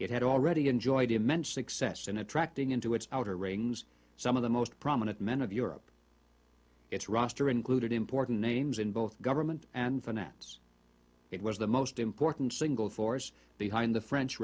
it had already enjoyed immensely excess in attracting into its outer rings some of the most prominent men of europe its roster included important names in both government and finance it was the most important single force behind the french